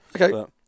okay